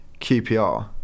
QPR